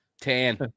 Tan